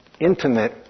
intimate